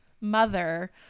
mother